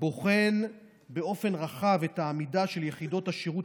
בוחן באופן רחב את העמידה של יחידות השירות